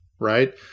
right